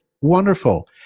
wonderful